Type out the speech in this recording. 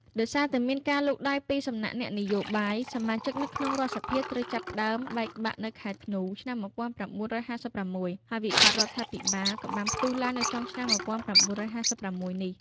ដោយសារតែមានការលូកដៃពីសំណាក់អ្នកនយោបាយ សមាជិកនៅក្នុងរដ្ឋសភាត្រូវចាប់ផ្ដើមបែកបាក់នៅខែធ្នូ ឆ្នាំ ១៩៥៦ ហើយវិបត្តិរដ្ឋាភិបាលក៏បានផ្ទុះឡើងនៅចុងឆ្នាំ ១៩៥៦ នេះ។